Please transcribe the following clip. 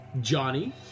Johnny